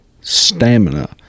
stamina